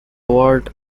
word